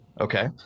Okay